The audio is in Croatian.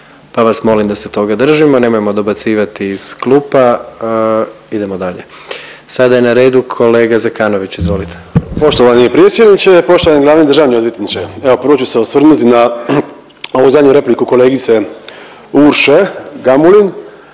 pa vas molim da se toga držimo. Nemojmo dobacivati iz klupa, idemo dalje. Sada je na redu kolega Zekanović izvolite. **Zekanović, Hrvoje (HDS)** Poštovani predsjedniče, poštovani glavni državni odvjetniče. Evo prvo ću se osvrnuti na ovu zadnju repliku kolegice Urše Gamulin,